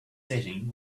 setting